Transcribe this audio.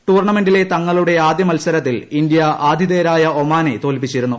ടൂർണമെന്റിലെ തങ്ങളുടെ ആദ്യ മത്സരത്തിൽ ഇന്ത്യ ആതിഥേയരായ ഒമാനെ തോൽപ്പിച്ചിരുന്നു